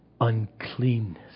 uncleanness